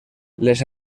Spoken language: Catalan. les